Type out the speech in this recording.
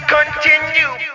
Continue